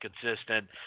consistent